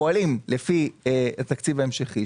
פועלים לפי התקציב ההמשכי,